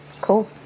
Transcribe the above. Cool